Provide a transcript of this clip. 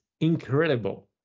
incredible